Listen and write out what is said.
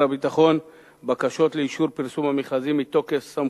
הביטחון בקשות לאישור פרסום המכרזים מתוקף סמכותו.